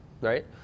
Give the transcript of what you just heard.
right